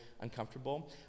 uncomfortable